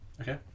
Okay